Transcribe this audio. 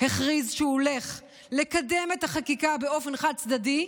הכריז שהוא הולך לקדם את החקיקה באופן חד-צדדי,